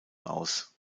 aus